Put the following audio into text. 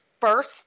first